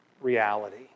reality